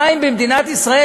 המים במדינת ישראל,